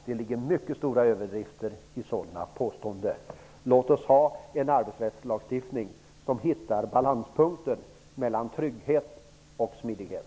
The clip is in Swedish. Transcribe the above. Det ligger mycket stora överdrifter i sådana påståenden. Låt oss ha en arbetsrättslagstiftning som hittar balanspunkten mellan trygghet och smidighet.